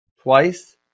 twice